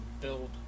build